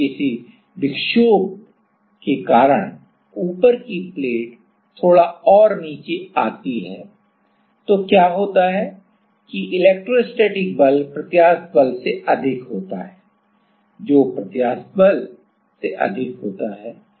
यदि किसी विक्षोभ के कारण ऊपर की प्लेट थोड़ा और नीचे जाती है तो क्या होता है कि इलेक्ट्रोस्टैटिक बल प्रत्यास्थ बल से अधिक होता है जो प्रत्यास्थ बल से अधिक होता है